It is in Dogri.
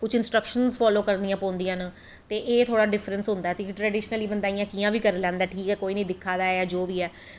कुश इंस्ट्रक्शनस फालो करनियां पौंदियां नैं ते एह् तुआढ़ा डिफ्रैंस होंदा ऐ ते ट्रडिशनली बंदा कियां बी करी लैंदा ऐ ठीक ऐ कोई नी दिक्खा दा जां कुश बी ऐ